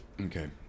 Okay